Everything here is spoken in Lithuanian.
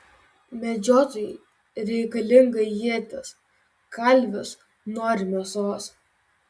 medžiotojui reikalinga ietis kalvis nori mėsos